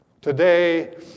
Today